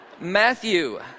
Matthew